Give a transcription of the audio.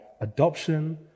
adoption